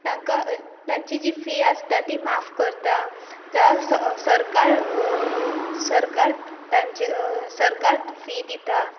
तांकां तांची जी फी आसता ती माफ करता जाल्यार सरकार सरकार सरकार फी दिता